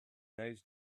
those